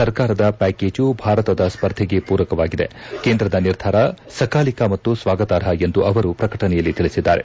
ಸರ್ಕಾರದ ಪ್ಯಾಕೇಜು ಭಾರತದ ಸ್ಪರ್ಧೆಗೆ ಪೂರಕವಾಗಿದೆ ಕೇಂದ್ರದ ನಿರ್ಧಾರ ಸಕಾಲಿಕ ಮತ್ತು ಸ್ವಾಗತಾರ್ಹ ಎಂದು ಅವರು ಪ್ರಕಟಣೆಯಲ್ಲಿ ತಿಳಿಸಿದ್ದಾರೆ